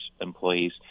employees